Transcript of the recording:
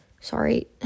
Sorry